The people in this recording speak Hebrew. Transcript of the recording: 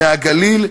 מהגליל,